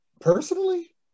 Personally